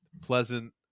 pleasant